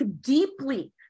deeply